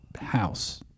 house